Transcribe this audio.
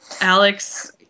Alex